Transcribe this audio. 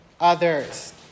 others